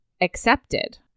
accepted